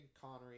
Connery